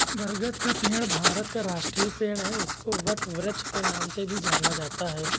बरगद का पेड़ भारत का राष्ट्रीय पेड़ है इसको वटवृक्ष के नाम से भी जाना जाता है